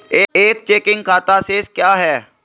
एक चेकिंग खाता शेष क्या है?